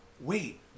wait